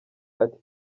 ati